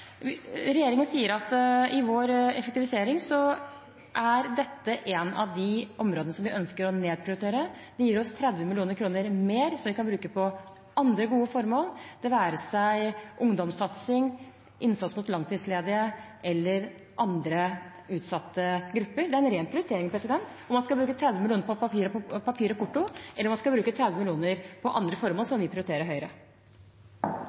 Regjeringen sier at i vår effektivisering er dette et av de områdene som vi ønsker å nedprioritere. Det gir oss 30 mill. kr mer som vi kan bruke på andre gode formål, det være seg ungdomssatsing, innsats mot langtidsledige eller andre utsatte grupper. Det er en ren prioritering om man skal bruke 30 mill. kr på papir og porto, eller om man skal bruke 30 mill. kr på andre formål